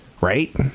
Right